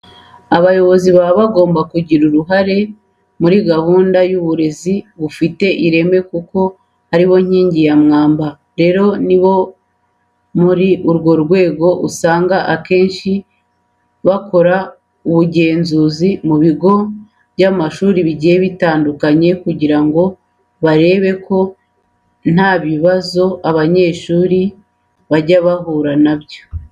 Abayobozi baba bagomba kugira uruhare muri gahunda y'uburezi bufite ireme kuko ari bo nkingi ya mwamba. Rero ni muri urwo rwego usanga akenshi bakora ubugenzuzi mu bigo by'amashuri bigiye bitandukanye kugira ngo barebe ko nta bibazo abanyeshuri bajya bahura na byo.